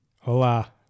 Hola